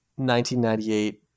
1998